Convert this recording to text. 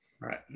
right